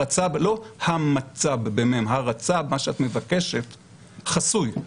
הרצ"ב לא המצ"ב, הרצ"ב מה שאת מבקשת, חסוי.